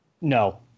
No